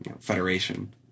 federation